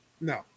No